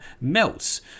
melts